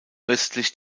östlich